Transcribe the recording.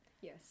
Yes